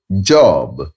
job